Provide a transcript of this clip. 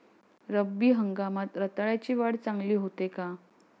रब्बी हंगामात रताळ्याची वाढ चांगली होते का?